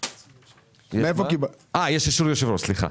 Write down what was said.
סליחה, יש אישור יושב-ראש.